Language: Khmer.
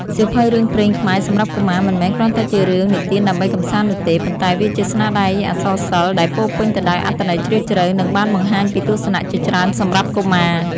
សៀវភៅរឿងព្រេងខ្មែរសម្រាប់កុមារ មិនមែនគ្រាន់តែជារឿងនិទានដើម្បីកម្សាន្តនោះទេ ប៉ុន្តែវាជាស្នាដៃអក្សរសិល្ប៍ដែលពោរពេញទៅដោយអត្ថន័យជ្រាលជ្រៅ និងបានបង្ហាញពីទស្សនៈជាច្រើនសម្រាប់កុមារ។